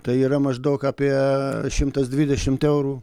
tai yra maždaug apie šimtas dvidešimt eurų